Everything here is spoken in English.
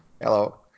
Hello